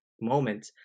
moment